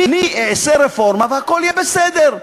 אני אעשה רפורמה והכול יהיה בסדר.